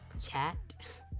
Chat